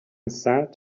sad